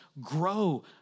grow